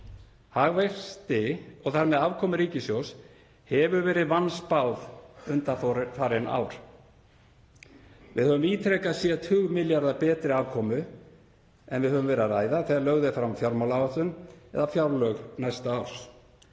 Hagvexti og þar með afkomu ríkissjóðs hefur verið vanspáð undanfarin ár. Við höfum ítrekað séð tugmilljarða betri afkomu en við höfum verið að ræða þegar lögð er fram fjármálaáætlun eða fjárlög næsta árs.